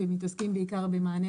שמתעסקים בעיקר במענים